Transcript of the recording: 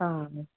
हा